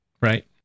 right